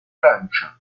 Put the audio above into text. francia